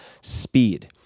speed